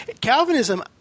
Calvinism